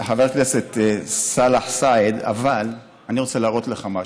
חבר הכנסת סאלח סעד, אבל אני רוצה להראות לך משהו: